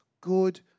good